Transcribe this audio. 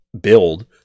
build